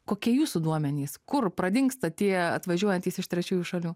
kokie jūsų duomenys kur pradingsta tie atvažiuojantys iš trečiųjų šalių